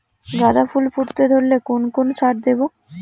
গাদা ফুল ফুটতে ধরলে কোন কোন সার দেব?